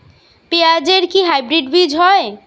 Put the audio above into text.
পেঁয়াজ এর কি হাইব্রিড বীজ হয়?